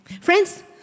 Friends